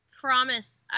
promise